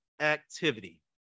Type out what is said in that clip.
activity